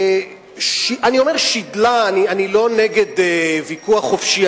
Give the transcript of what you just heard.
ואני אומר "שידלה" אני לא נגד ויכוח חופשי,